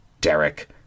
Derek